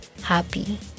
happy